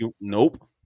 Nope